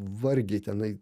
vargiai tenai